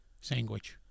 sandwich